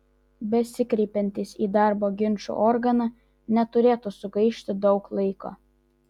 besikreipiantys į darbo ginčų organą neturėtų sugaišti daug laiko